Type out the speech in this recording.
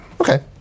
Okay